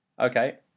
Okay